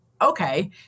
okay